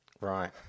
Right